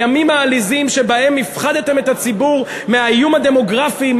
הימים העליזים שבהם הפחדתם את הציבור מהאיום הדמוגרפי,